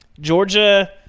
Georgia